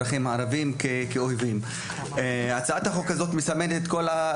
הצעת החוק הזאת מסמן את כל האזרחים הערבים פשוט כטרוריסטים.